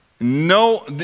No